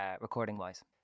recording-wise